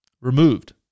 Removed